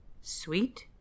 sweet